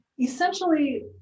essentially